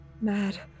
Mad